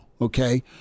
Okay